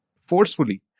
forcefully